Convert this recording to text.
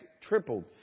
tripled